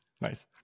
Nice